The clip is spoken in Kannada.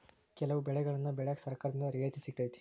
ಕೆಲವು ಬೆಳೆಗನ್ನಾ ಬೆಳ್ಯಾಕ ಸರ್ಕಾರದಿಂದ ರಿಯಾಯಿತಿ ಸಿಗತೈತಿ